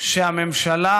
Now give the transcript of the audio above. שהממשלה